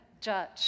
judge